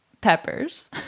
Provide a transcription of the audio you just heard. peppers